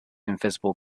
invisible